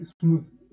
smooth